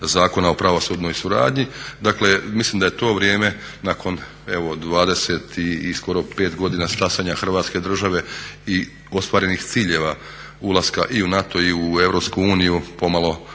Zakona o pravosudnoj suradnji, dakle mislim da je to vrijeme nakon evo 20 i skoro 25 godina stasanja Hrvatske države i ostvarenih ciljeva ulaska i u NATO i u Europsku uniju